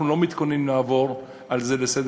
אנחנו לא מתכוננים לעבור על זה לסדר-היום.